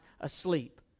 asleep